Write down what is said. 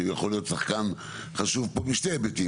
יכול להיות שחקן חשוב פה משני היבטים.